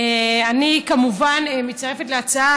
אני כמובן מצטרפת להצעה,